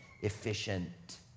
Efficient